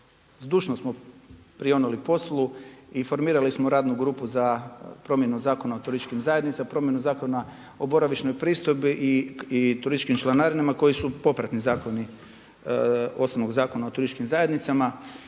zdušno smo prionuli poslu i formirali smo radnu grupu za promjenu Zakona o turističkim zajednicama, promjenu Zakona o boravišnoj pristojbi i turističkim članarinama koji su popratni zakoni osnovnog Zakona o turističkim zajednicama.